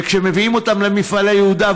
וכשמביאים אותם למפעלי יהודה,